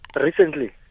Recently